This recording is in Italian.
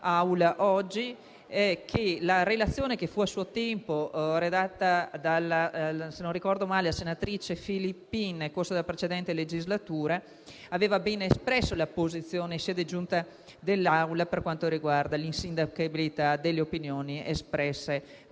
la relazione che fu redatta dalla senatrice Filippin nel corso della precedente legislatura, aveva ben espresso la posizione sia della Giunta che dell'Assemblea per quanto riguarda l'insindacabilità delle opinioni espresse dal